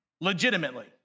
legitimately